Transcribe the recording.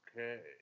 Okay